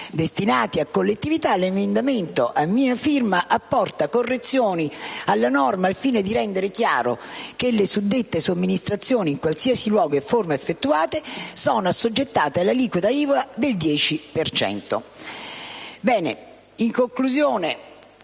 destinati alla collettività, l'emendamento a mia firma apporta correzioni alla norma al fine di rendere chiaro che le suddette somministrazioni, in qualsiasi luogo e forma effettuate, sono assoggettate all'aliquota IVA del 10